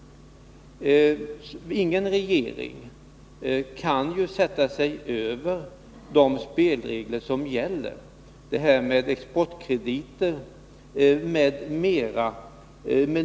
Ingen regering kan sätta sig över de spelregler som gäller. Jag tänker också på detta med exportkrediter och annat.